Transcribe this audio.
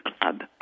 Club